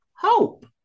Hope